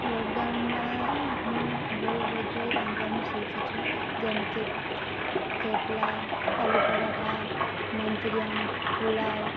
લોકડાઉનમાં હું બહુ બધુ રાંધવાનું શીખી છું જેમકે થેપલા આલુ પરાઠા મન્ચુરિયન પુલાવ